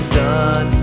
done